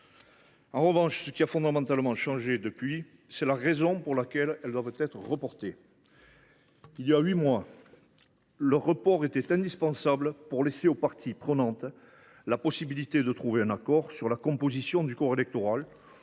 En revanche, ce qui a fondamentalement changé depuis lors, c’est la raison pour laquelle elles doivent être reportées. Il y a huit mois, leur report était indispensable pour laisser aux parties prenantes la possibilité de trouver un accord sur la composition du corps électoral